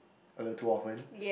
a little too often